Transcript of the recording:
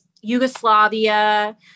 Yugoslavia